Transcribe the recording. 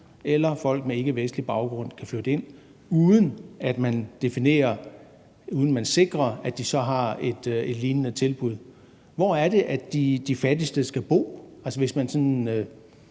eller folk med ikkevestlig baggrund kan flytte ind, uden at man sikrer, at de så har et lignende tilbud. Hvor er det, at de fattigste skal bo, hvis man sådan